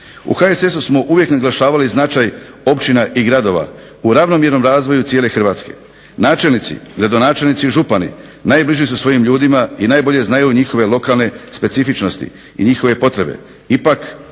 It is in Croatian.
U HSS-u smo uvijek naglašavali značaj općina i gradova, u ravnomjernom razvoju cijele Hrvatske. Načelnici, gradonačelnici i župani najbliži su svojim ljudima i najbolje znaju njihove lokalne specifičnosti i njihove potrebe. Ipak